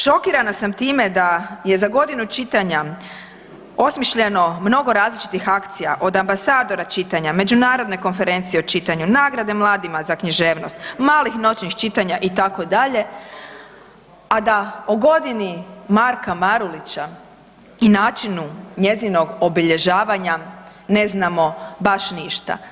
Šokirana sam time da je za Godinu čitanja osmišljeno mnogo različitih akcija, od ambasadora čitanja, međunarodne konferencije o čitanju, nagrade mladima za književnost, malih noćnih čitanja, itd., a da o Godini Marka Marulića i načina njezinog obilježavanja ne znamo baš ništa.